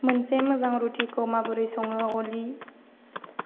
मोनसे मोजां रुटिखौ माबोरै सङो अलि